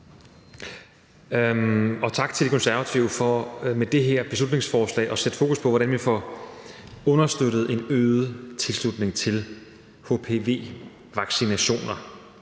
og tak til De Konservative for med det her beslutningsforslag at sætte fokus på, hvordan vi får understøttet en øget tilslutning til hpv-vaccinationer.